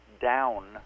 down